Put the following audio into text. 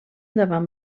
davant